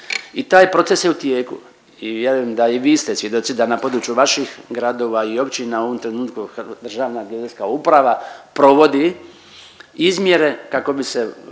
I taj proces je u tijeku. I vjerujem da i vi ste svjedoci da na području vaših gradova i općina u ovom trenutku Državna geodetska uprava provodi izmjere kako bi se